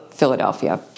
Philadelphia